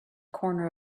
corner